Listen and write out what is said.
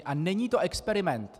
A není to experiment.